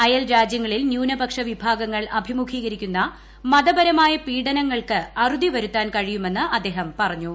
അയൽ രാജ്യങ്ങളിൽ ന്യൂനപക്ഷ വഭാഗങ്ങൾ അഭിമുഖീകരിക്കുന്ന മതപരമായ പീഡനങ്ങൾക്ക് അറുതി വരുത്താൻ കഴിയുമെന്ന് അദ്ദേഹം പറഞ്ഞു